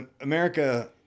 America